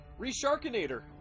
Resharkinator